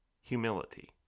Humility